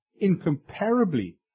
incomparably